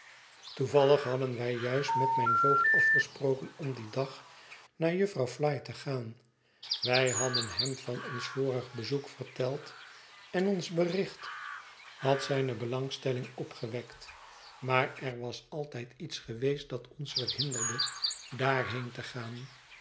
toevallig hadden wij juist met mijn voogd afgesproken om dien dag naar jufvrouw flite te gaan wij hadden hem van ons vorig bezoek verteld en ons bericht had zijne belangstelling opgewekt maar er was altijd iets geweest dat ons verhinderde daarheen te gaan